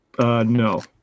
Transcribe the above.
No